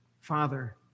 Father